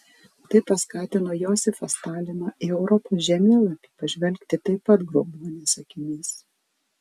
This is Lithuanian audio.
tai paskatino josifą staliną į europos žemėlapį pažvelgti taip pat grobuonies akimis